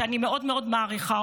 שאני מאוד מאוד מעריכה,